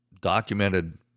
documented